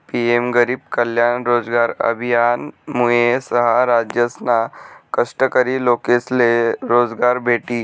PM Garib Kalyan Rozgar अभियानमुये सहा राज्यसना कष्टकरी लोकेसले रोजगार भेटी